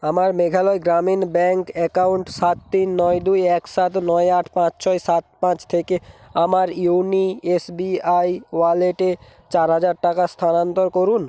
আমার Meghalaya Gramin bank account সাত তিন নয় দুই এক সাত নয় আট পাঁচ ছয় সাত পাঁচ থেকে আমার ইয়োনো এস বি আই ওয়ালেটে চার হাজার টাকা স্থানান্তর করুন